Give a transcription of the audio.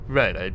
right